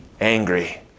angry